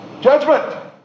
Judgment